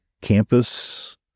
campus